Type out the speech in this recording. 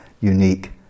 unique